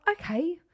okay